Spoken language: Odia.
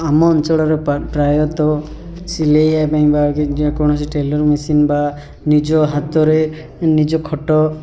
ଆମ ଅଞ୍ଚଳର ପ୍ରାୟତ ସିଲେଇବା ପାଇଁ ବା ଯେକୌଣସି ଟେଲର୍ ମେସିନ୍ ବା ନିଜ ହାତରେ ନିଜ ଖଟ